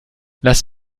lass